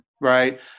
Right